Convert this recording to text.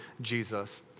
Jesus